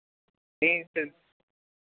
नहीं सर